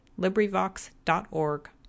LibriVox.org